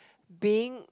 being